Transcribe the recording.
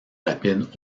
rapide